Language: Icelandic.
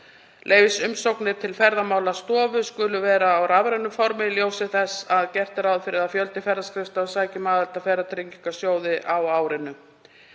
leyfisumsóknir til Ferðamálastofu skuli vera á rafrænu formi í ljósi þess að gert er ráð fyrir að fjöldi ferðaskrifstofa sæki um aðild að Ferðatryggingasjóði á árinu.